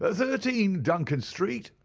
thirteen, duncan street,